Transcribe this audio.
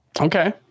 Okay